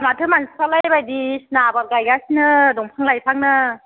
माथो मानसिफ्रालाय बायदिसिना आबाद गायगासिनो दंफां लाइफांनो